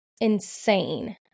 insane